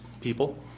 people